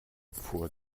vor